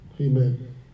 Amen